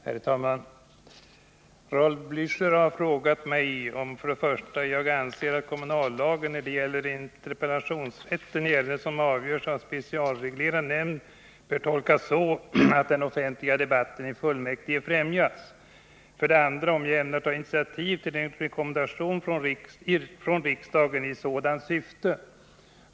Herr talman! Raul Blächer har frågat mig 1. om jag anser att kommunallagen när det gäller interpellationsrätten i ärenden som avgörs av specialreglerad nämnd bör tolkas så att den offentliga debatten i fullmäktige främjas och 2. om jag ämnar ta initiativ till en rekommendation från riksdagen i sådant syfte.